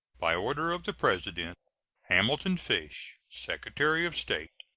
by order of the president hamilton fish, secretary of state.